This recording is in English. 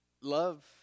Love